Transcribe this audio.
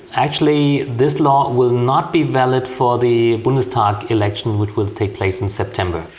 actually this law will not be valid for the bundestag election which will take place in september.